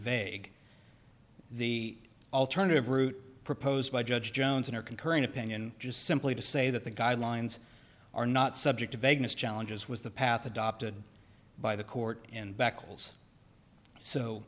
vague the alternative route proposed by judge jones in or concurring opinion just simply to say that the guidelines are not subject to vagueness challenges was the path adopted by the court in backhauls so